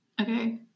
Okay